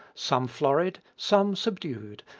some florid, some subdued,